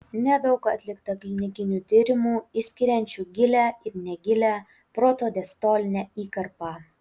nedaug atlikta klinikinių tyrimų išskiriančių gilią ir negilią protodiastolinę įkarpą